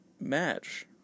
match